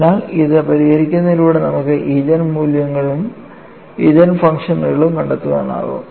അതിനാൽ ഇത് പരിഹരിക്കുന്നതിലൂടെ നമുക്ക് ഈജൻ മൂല്യങ്ങളും ഈജൻ ഫംഗ്ഷനുകളും കണ്ടെത്താനാകും